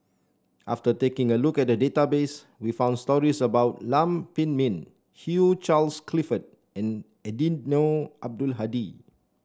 after taking a look at the database we found stories about Lam Pin Min Hugh Charles Clifford and Eddino Abdul Hadi